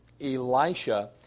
elisha